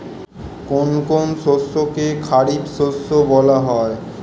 কোন কোন শস্যকে খারিফ শস্য বলা হয়?